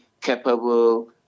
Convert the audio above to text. capable